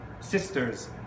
sisters